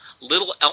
little